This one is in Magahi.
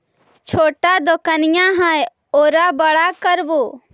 छोटा दोकनिया है ओरा बड़ा करवै?